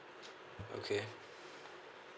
okay